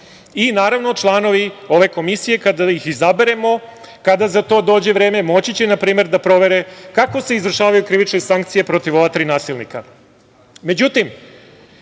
Naravno članovi ove komisije, kada ih izaberemo, kada za to dođe vreme, moći će da provere kako se izvršavaju krivične sankcije protiv ova tri nasilnika.Međutim,